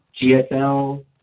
GSL